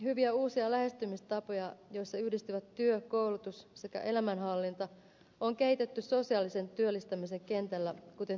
hyviä uusia lähestymistapoja joissa yhdistyvät työ koulutus sekä elämänhallinta on kehitetty sosiaalisen työllistämisen kentällä kuten työpajatoiminnassa